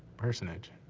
personage,